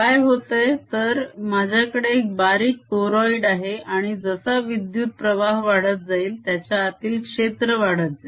काय होतंय तर माझ्याकडे एक बारीक तोरोईड आहे आणि जसा विद्युत प्रवाह वाढत जाईल त्याच्या आतील क्षेत्र वाढत जाईल